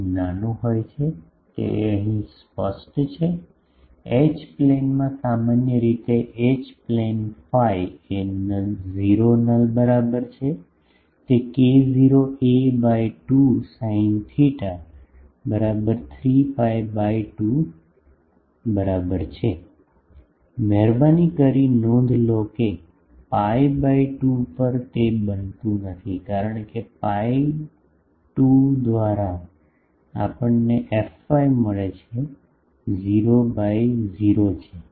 ખૂબ નાનું હોય છે તે અહીં અસ્પષ્ટ છે એચ પ્લેનમાં સમાન રીતે અન્ય પ્લેન phi એ 0 નલ બરાબર છે તે K0 a by 2 sin theta બરાબર 3 pi by 2 બરાબર છે મહેરબાની કરીને નોંધ લો કે pi by 2 પર તે બનતું નથી કારણ કે pi 2 દ્વારા આપણને fy મળે છે 0 બાય 0 છે